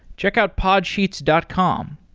check out podsheets dot com.